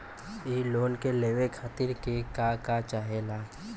इ लोन के लेवे खातीर के का का चाहा ला?